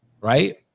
right